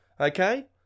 okay